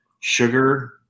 sugar